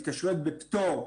התקשרויות בפטור,